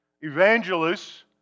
Evangelists